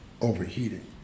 overheating